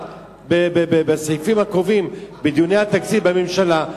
בסעיפים הקרובים בדיוני התקציב בממשלה,